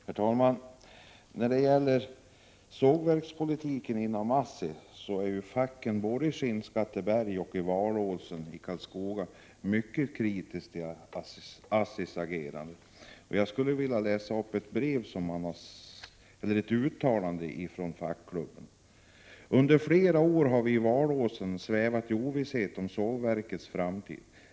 Herr talman! När det gäller sågverkspolitiken inom ASSI är facken både i Skinnskatteberg och i Valåsen i Karlskoga mycket kritiska till ASSI:s agerande. Jag skulle vilja läsa upp ett uttalande från fackklubben i Valåsen. ”Under flera år har vi i Valåsen svävat i ovisshet om sågverkets framtid.